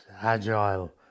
agile